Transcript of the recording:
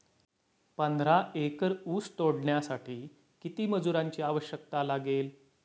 पंधरा एकर ऊस तोडण्यासाठी किती मजुरांची आवश्यकता लागेल?